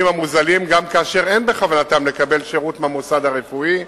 המוזלים גם כאשר אין בכוונתם לקבל שירות מהמוסד הרפואי,